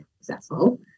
successful